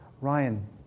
Ryan